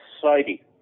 society